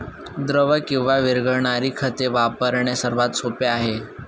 द्रव किंवा विरघळणारी खते वापरणे सर्वात सोपे आहे